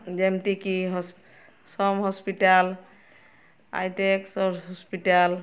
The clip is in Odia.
ଯେମ୍ତିକି ସମ୍ ହସ୍ପିଟାଲ୍ ହାଇଟେକ୍ ହସ୍ପିଟାଲ୍